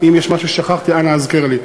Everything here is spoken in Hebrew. אם יש משהו ששכחתי, אנא הזכר לי.